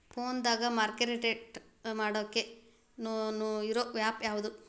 ಫೋನದಾಗ market rate ನೋಡಾಕ್ ಇರು ಆ್ಯಪ್ ಯಾವದು?